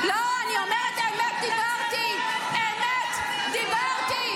לא, אני אומרת, אמת דיברתי, אמת דיברתי.